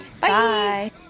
Bye